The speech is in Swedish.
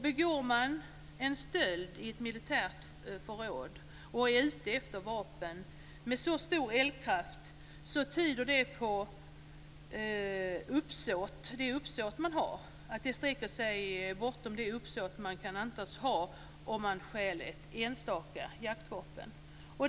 Begår man en stöld i ett militärt förråd och är ute efter vapen med så stor eldkraft, tyder det på att uppsåtet sträcker sig bortom det uppsåt som man kan antas ha om man stjäl ett enstaka jaktvapen.